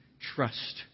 trust